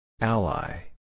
Ally